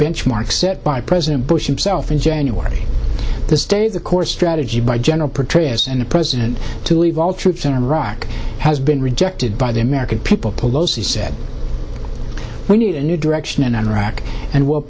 benchmarks set by president bush himself in january this day the core strategy by general petraeus and the president to leave all troops in iraq has been rejected by the american people palosi said we need a new direction in iraq and w